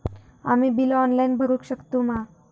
आम्ही bill online भरुक शकतू मा?